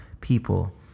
people